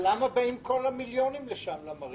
למה באים כל המיליונים למרינה?